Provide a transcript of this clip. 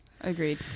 agreed